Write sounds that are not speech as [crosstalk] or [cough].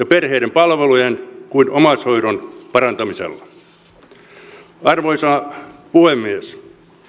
[unintelligible] perheiden palvelujen kuin omaishoidon parantamisella arvoisa puhemies